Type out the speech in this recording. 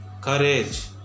Courage